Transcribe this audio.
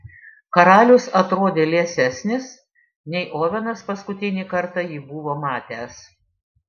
karalius atrodė liesesnis nei ovenas paskutinį kartą jį buvo matęs